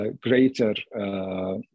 greater